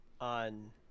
On